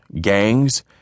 gangs